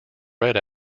read